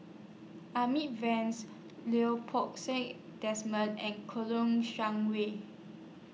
Amy Van Lau Poo Seng Desmond and Kouo Long Shang Wei